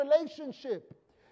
relationship